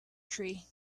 tree